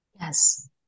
Yes